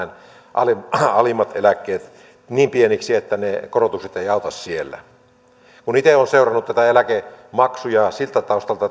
alimmat alimmat eläkkeet niin pieniksi että ne korotukset eivät auta siellä itse olen seurannut näitä eläkemaksuja siltä taustalta